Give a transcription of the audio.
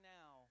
now